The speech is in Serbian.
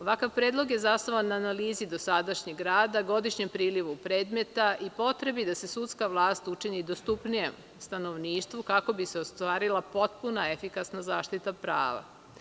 Ovakav predlog je zasnovan na analizi dosadašnjeg rada, godišnjem prilivu predmeta i potrebi da se sudska vlast učini dostupnijom stanovništvu kako bi se ostvarila potpuna, efikasna zaštita prava.